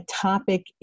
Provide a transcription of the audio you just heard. topic